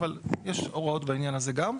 אבל יש הוראות בעניין הזה גם.